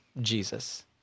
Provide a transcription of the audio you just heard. Jesus